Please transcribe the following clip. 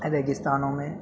ریگستانوں میں